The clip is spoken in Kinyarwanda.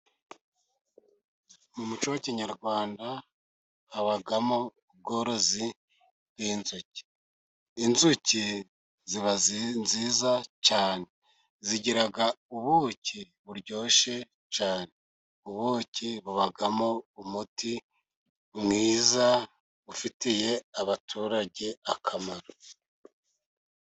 Mu muco wakinyarwanda, habamo ubworozi bw'inzuki, inzuki ziba nziza cyane, zigira ubuki buryoshye cyane, ubuki bubamo umuti mwiza, ufitiye abaturage akamaro.